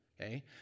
Okay